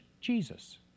Jesus